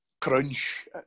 crunch